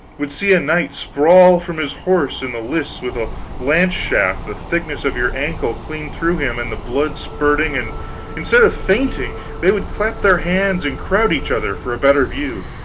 would see a knight sprawl from his horse in the lists with a lanceshaft the thickness of your ankle clean through him and the blood spouting, and instead of fainting they would clap their hands and crowd each other for a better view